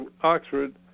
Oxford